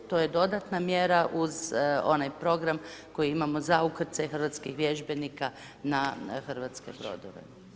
To je dodatna mjera uz onaj program koji imamo za ukrcaj hrvatskih vježbenika na hrvatske brodove.